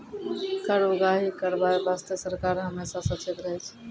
कर उगाही करबाय बासतें सरकार हमेसा सचेत रहै छै